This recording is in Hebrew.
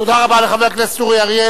תודה רבה לחבר הכנסת אורי אריאל.